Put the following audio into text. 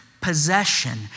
possession